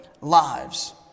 lives